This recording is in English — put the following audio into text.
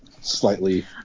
slightly